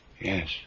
Yes